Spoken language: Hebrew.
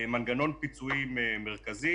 מנגנון פיצויים מרכזי